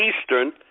Eastern